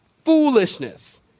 foolishness